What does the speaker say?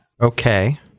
Okay